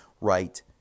right